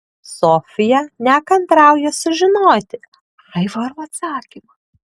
sofija nekantrauja sužinoti aivaro atsakymą